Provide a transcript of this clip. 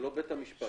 זה לא בית המשפט.